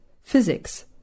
physics